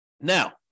Now